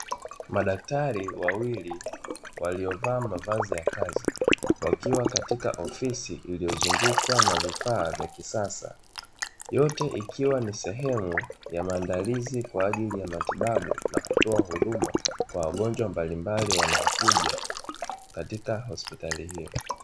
Madaktari wawili walio vaa mavazi ya kazi wakiwa katika ofisi iliyo zungukwa na vifaa vya kisasa, yote ikiwa ni sehemu ya maandalizi ya matibabu na kutoa huduma kwa wagonjwa mbalimbali wanaokuja katika hospitali hiyo.